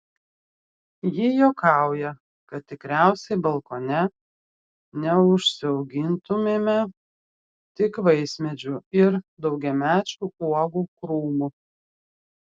ji juokauja kad tikriausiai balkone neužsiaugintumėme tik vaismedžių ir daugiamečių uogų krūmų